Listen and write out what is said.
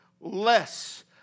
less